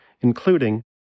including